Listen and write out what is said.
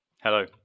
Hello